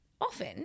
Often